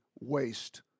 waste